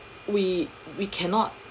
we we cannot